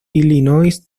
illinois